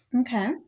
Okay